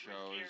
shows